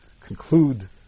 conclude